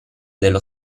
dello